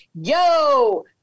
Yo